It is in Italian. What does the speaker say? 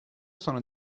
sono